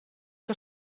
que